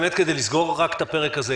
באמת כדי לסגור את הפרק הזה,